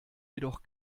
jedoch